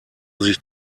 sich